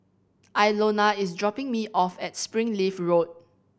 Ilona is dropping me off at Springleaf Road